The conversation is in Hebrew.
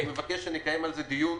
אני מבקש שנקיים על זה דיון